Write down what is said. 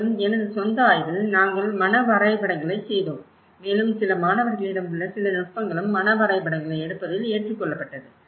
மேலும் எனது சொந்த ஆய்வில் நாங்கள் மன வரைபடங்களைச் செய்தோம் மேலும் சில மாணவர்களிடம் உள்ள சில நுட்பங்களும் மன வரைபடங்களை எடுப்பதில் ஏற்றுக்கொள்ளப்பட்டது